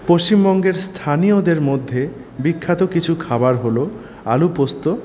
পশ্চিমবঙ্গের স্থানীয়দের মধ্যে বিখ্যাত কিছু খাবার হল আলু পোস্ত